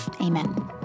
Amen